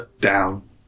down